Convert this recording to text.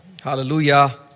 Hallelujah